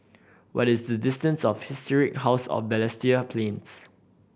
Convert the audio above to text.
what is the distance of Historic House of Balestier Plains